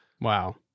Wow